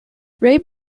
ray